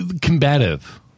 combative